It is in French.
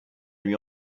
lui